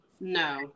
No